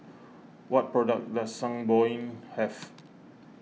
what products does Sangobion have